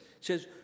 says